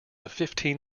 fifteen